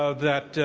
ah that